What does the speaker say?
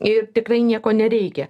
ir tikrai nieko nereikia